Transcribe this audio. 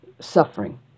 suffering